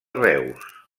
reus